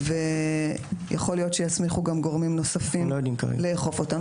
יכול להיות שיסמיכו גם גורמים נוספים לאכוף אותן.